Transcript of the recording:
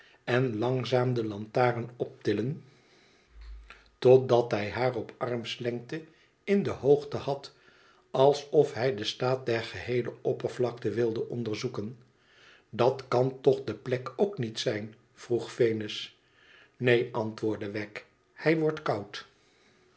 en langzaam de lantaren optillen totdat hij haar op armslengte in de hoogte had alsof hij den staat der geheele oppervlakte wilde onderzoeken dat kan toch de plek ook niet zijn r vroeg venus neen antwoordde wegg ihij wordt koud